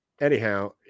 anyhow